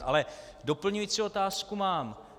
Ale doplňující otázku mám.